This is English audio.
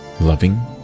loving